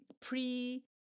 pre